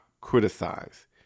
criticize